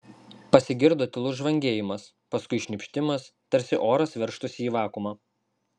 pasigirdo tylus žvangėjimas paskui šnypštimas tarsi oras veržtųsi į vakuumą